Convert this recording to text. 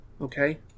okay